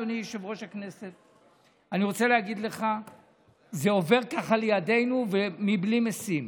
אדוני יושב-ראש הכנסת: זה עובר לידינו בלי משים.